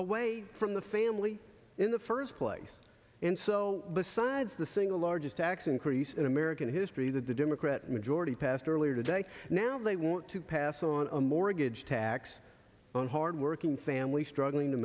away from the family in the first place and so besides the single largest tax increase in american history the democrat majority passed earlier today now they want to pass on a mortgage tax on hard working families struggling to